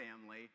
family